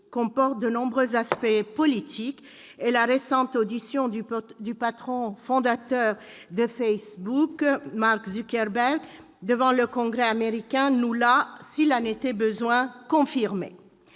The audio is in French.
comporte de nombreux aspects politiques et la récente audition du patron-fondateur de Facebook, Mark Zuckerberg, devant le Congrès américain nous l'a, s'il en était besoin, confirmé.